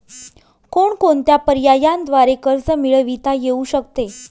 कोणकोणत्या पर्यायांद्वारे कर्ज मिळविता येऊ शकते?